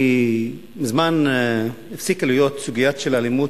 מזמן הפסיקה להיות סוגיה של אלימות.